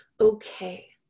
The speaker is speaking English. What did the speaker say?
okay